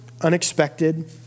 unexpected